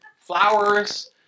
flowers